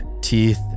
teeth